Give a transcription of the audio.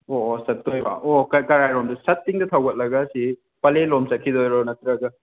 ꯑꯣ ꯑꯣ ꯆꯠꯇꯣꯏꯕ ꯑꯣ ꯀꯔꯥꯏꯔꯣꯝꯗ ꯆꯞ ꯇꯤꯡꯅ ꯊꯧꯒꯠꯂꯒ ꯁꯤ ꯄꯂꯦꯟꯂꯣꯝ ꯆꯠꯈꯤꯗꯣꯏꯔꯣ ꯅꯠꯇ꯭ꯔꯒ